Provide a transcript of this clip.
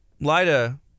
Lida